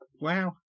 Wow